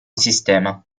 sistema